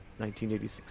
1986